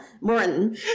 Morton